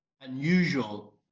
unusual